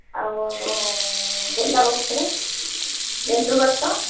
ଆଉ ଗୋଲାପ ଗଛରେ ଗେଣ୍ଡୁ ଗଛ